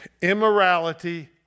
Immorality